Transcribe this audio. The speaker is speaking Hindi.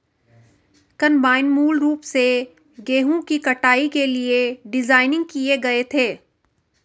कंबाइन मूल रूप से गेहूं की कटाई के लिए डिज़ाइन किए गए थे